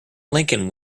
lincoln